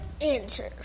answer